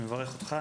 אני מברך אותך,